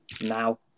now